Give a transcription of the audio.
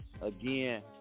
again